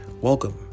welcome